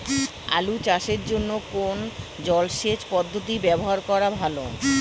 আলু চাষের জন্য কোন জলসেচ পদ্ধতি ব্যবহার করা ভালো?